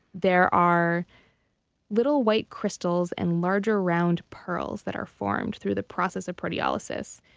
there are little white crystals and larger round pearls that are formed through the process of proteolysis,